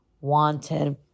wanted